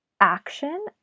action